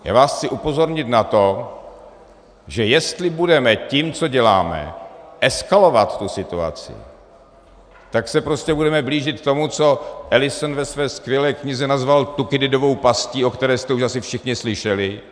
Chci vás upozornit na to, že jestli budeme tím, co děláme, eskalovat tu situaci, tak se prostě budeme blížit tomu, co Allison ve své skvělé knize nazval Thúkýdidovou pastí, o které jste už asi všichni slyšeli.